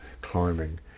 climbing